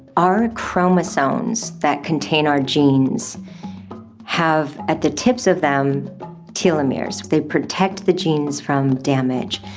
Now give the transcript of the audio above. our chromosomes that contain our genes have at the tips of them telomeres, they protect the genes from damage.